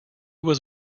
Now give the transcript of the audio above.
was